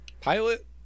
Pilot